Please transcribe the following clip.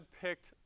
picked